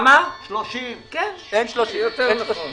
אין 30 מיליארד שקל.